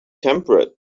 temperate